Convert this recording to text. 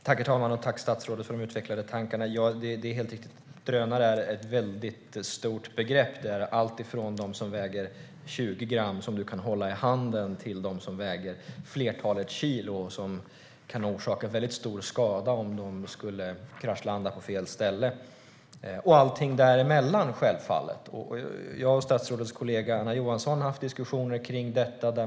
Herr talman! Tack, statsrådet, för de utvecklade tankarna. Det är helt riktigt att drönare är ett stort begrepp. Det är allt från dem som väger 20 gram och som du kan hålla i handen till dem som väger flertalet kilo och som kan orsaka stor skada om de skulle kraschlanda på fel ställe, och självfallet allting däremellan. Jag och statsrådets kollega Anna Johansson har haft diskussioner om detta.